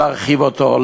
להרחיב אותו,